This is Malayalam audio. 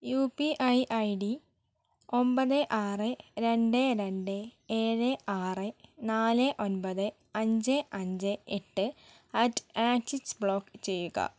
യുപിഐ ഐഡി ഒൻപത് ആറ് രണ്ട് രണ്ട് ഏഴ് ആറ് നാല് ഒൻപത് അഞ്ച് അഞ്ച് എട്ട് അറ്റ് ആക്സിസ് ബ്ലോക്ക് ചെയ്യുക